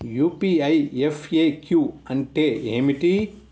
UPI FAQ అంటే ఏమిటి?